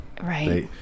Right